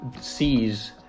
sees